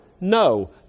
No